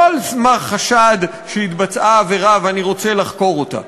לא על סמך חשד שהתבצעה עבירה ואני רוצה לחקור אותה.